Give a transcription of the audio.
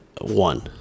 One